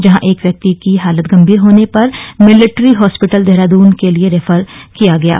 जहां एक व्यक्ति को हालत गंभीर होने पर मिलेट्री हास्पिटल देहरादून के लिए रेफर किया गया है